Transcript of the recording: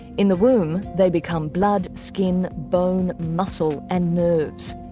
in the womb they become blood, skin, bone, muscle and nerves.